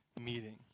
meeting